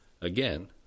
again